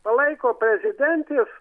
palaiko prezidentės